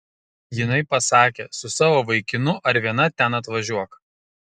jinai pasakė su savo vaikinu ar viena ten atvažiuok